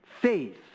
Faith